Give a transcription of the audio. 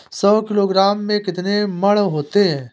सौ किलोग्राम में कितने मण होते हैं?